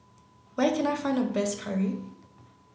where can I find the best curry